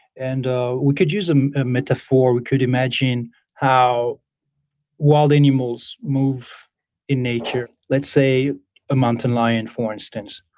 and ah we could use um a metaphor. we could imagine how wild animals move in nature. let's say a mountain lion for instance,